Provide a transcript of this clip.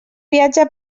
viatge